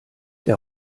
der